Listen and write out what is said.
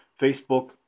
Facebook